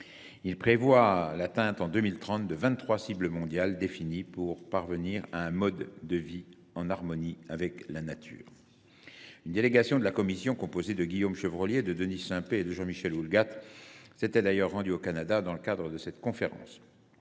Il prévoit l’atteinte en 2030 de vingt trois cibles mondiales définies pour parvenir à un « mode de vie en harmonie avec la nature ». Une délégation de la commission, composée de Guillaume Chevrollier, Denise Saint Pé et Jean Michel Houllegatte, s’était d’ailleurs rendue au Canada dans le cadre de cette conférence.